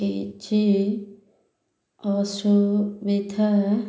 କିଛି ଅସୁବିଧା